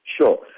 Sure